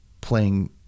playing